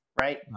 right